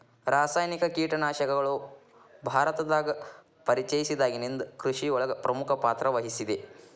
ರಾಸಾಯನಿಕ ಕೇಟನಾಶಕಗಳು ಭಾರತದಾಗ ಪರಿಚಯಸಿದಾಗನಿಂದ್ ಕೃಷಿಯೊಳಗ್ ಪ್ರಮುಖ ಪಾತ್ರವಹಿಸಿದೆ